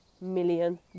million